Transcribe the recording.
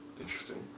Interesting